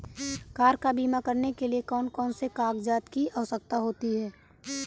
Car का बीमा करने के लिए कौन कौन से कागजात की आवश्यकता होती है?